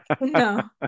no